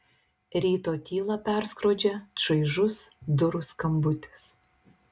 ryto tylą perskrodžia čaižus durų skambutis